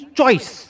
choice